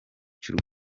cy’u